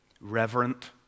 Reverent